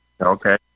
okay